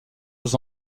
aux